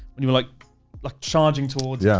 and you were like like charging towards. yeah